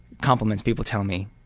compliments people tell me.